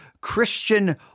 Christian